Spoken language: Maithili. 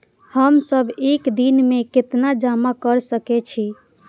हम सब एक दिन में केतना जमा कर सके छी?